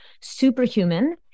superhuman